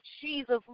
Jesus